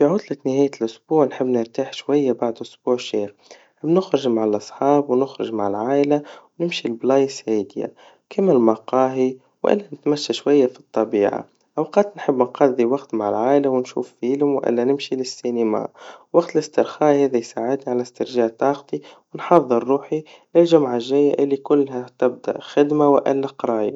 في عطلة نهاية الأسبوع نحب نرتاح شويا بعد اسبوع شاغل, ونخرج مع الاصحاب, ونخرج مع العايلا, ونمشي لأماكن هاديا, كيما المقاهي, وكإلا بتمشى شويا في الطبيعا, أوقات نحب نقضي وقت مع العايلا, ونشوف فيلم وإلا نمشي للسينيما, وقت الاسترخاء هذا يساعدني على استرجاع طاقتي, ونحضر روحي للجمعا الجايا اللي كلها تبدأ خدما وإلا قرايا.